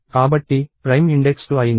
కాబట్టి prime index 2 అయింది